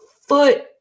foot